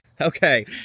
Okay